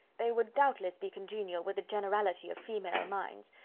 they would doubtless be congenial with the generality of female minds.